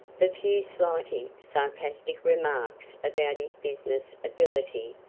the few slighting, sarcastic remarks about his business ability,